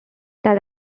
that